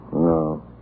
No